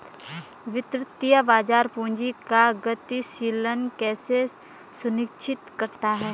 वित्तीय बाजार पूंजी का गतिशीलन कैसे सुनिश्चित करता है?